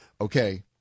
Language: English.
Okay